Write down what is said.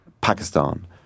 Pakistan